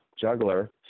juggler